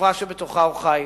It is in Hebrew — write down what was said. בחברה שבתוכה הוא חי.